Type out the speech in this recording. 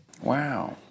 Wow